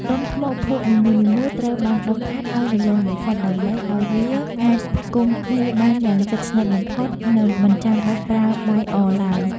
ដុំថ្មភក់នីមួយៗត្រូវបានដុសខាត់ឱ្យរលោងបំផុត ដើម្បីឱ្យវាអាចផ្គុំគ្នាបានយ៉ាងជិតស្និទ្ធបំផុត និង មិនចាំបាច់ប្រើបាយអឡើយ។